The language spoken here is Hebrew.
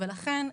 לכן,